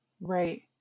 Right